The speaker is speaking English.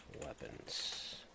weapons